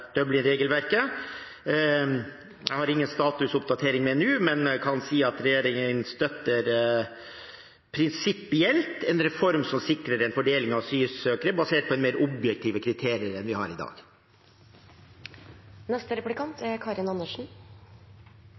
Jeg har ingen statusoppdatering med meg nå, men jeg kan si at regjeringen støtter prinsipphjelp, en reform som sikrer en fordeling av asylsøkere basert på mer objektive kriterier enn vi har i